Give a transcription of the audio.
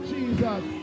Jesus